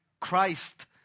Christ